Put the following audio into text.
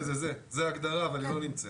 זה זה, זו ההגדרה, אבל היא לא נמצאת.